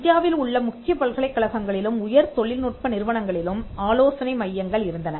இந்தியாவில் உள்ள முக்கிய பல்கலைக்கழகங்களிலும் உயர் தொழில்நுட்ப நிறுவனங்களிலும் ஆலோசனை மையங்கள் இருந்தன